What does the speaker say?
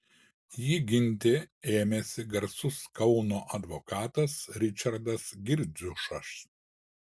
jį ginti ėmėsi garsus kauno advokatas ričardas girdziušas